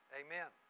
amen